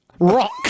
Rock